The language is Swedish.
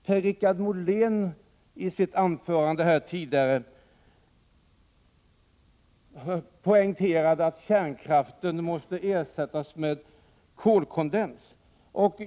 Per-Richard Molén poängterade här tidigare i sitt anförande att kärnkraften måste ersättas med kolkondens.